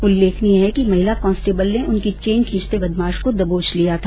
उल्लेखनीय है कि महिला कांस्टेबल ने उनकी चेन खींचते बदमाश को दबोच लिया था